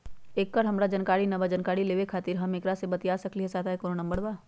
एकर हमरा जानकारी न बा जानकारी लेवे के खातिर हम केकरा से बातिया सकली ह सहायता के कोनो नंबर बा?